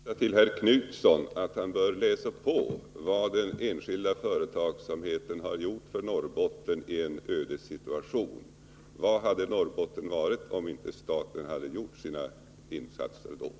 Herr talman! Jag vill bara ge en liten hemläxa till herr Knutson: Han bör läsa på vad den enskilda företagsamheten har gjort för Norrbotten i en ödessituation. Vad hade Norrbotten varit om inte staten hade gjort sina insatser där?